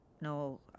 No